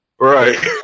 Right